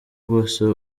bwose